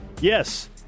Yes